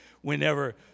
whenever